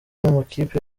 amakipe